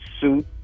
suit